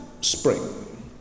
spring